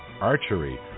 archery